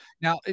now